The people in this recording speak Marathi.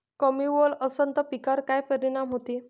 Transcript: कमी ओल असनं त पिकावर काय परिनाम होते?